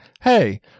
hey